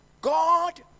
God